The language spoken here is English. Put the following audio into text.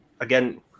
again